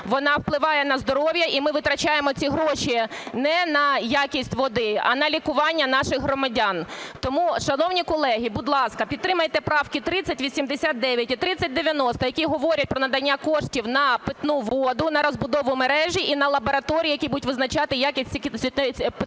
вона впливає на здоров'я. І ми витрачаємо ці гроші не на якість води, а на лікування наших громадян. Тому, шановні колеги, будь ласка, підтримайте правки 3089 і 3090, які говорять про надання коштів на питну воду, на розбудову мережі, і на лабораторії, які будуть визначати якість питної